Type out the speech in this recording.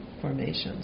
formations